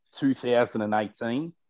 2018